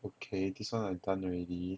okay this one I done already